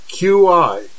QI